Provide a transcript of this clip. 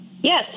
Yes